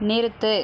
நிறுத்து